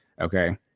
okay